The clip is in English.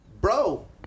bro